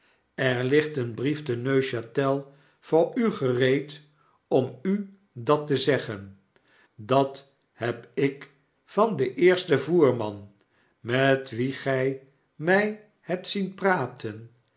toe erligt een brief te neuchtel voor u gereed om u dat te zeggen dat heb ik van den eersten voerman met wien gy my hebtzienpraten